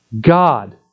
God